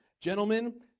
Gentlemen